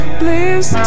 please